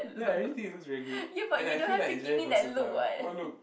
ya I really think it looks very good and I feel like it's very versatile what look